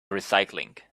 recycling